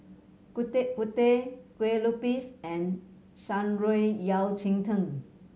Gudeg Putih Kueh Lupis and Shan Rui Yao Cai Tang